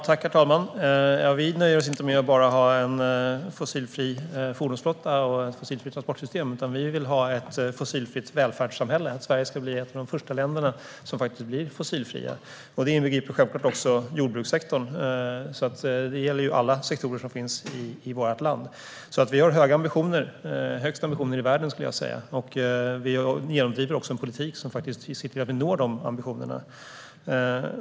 Herr talman! Vi nöjer oss inte med bara en fossilfri fordonsflotta och ett fossilfritt transportsystem, utan vi vill ha ett fossilfritt välfärdssamhälle. Sverige ska bli ett av de första länderna som faktiskt blir fossilfria. Det inbegriper självklart också jordbrukssektorn; det gäller alla sektorer som finns i vårt land. Vi har höga ambitioner - högst ambitioner i världen, skulle jag säga. Vi genomdriver också en politik som gör att vi når de ambitionerna.